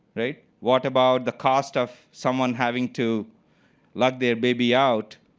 right? what about the cost of someone having to lug their baby out.